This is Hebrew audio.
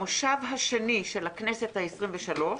המושב השני של הכנסת העשרים ושלוש,